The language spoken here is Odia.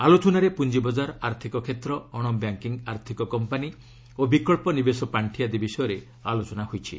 ଆଲୋଚନାରେ ପୁଞ୍ଜବକାର ଆର୍ଥିକ କ୍ଷେତ୍ର ଅଣବ୍ୟାଙ୍କିଂ ଆର୍ଥକ କମ୍ପାନୀ ଓ ବିକଳ୍ପ ନିବେଶ ପାଖି ଆଦି ବିଷୟରେ ଆଲୋଚନା ହୋଇଛି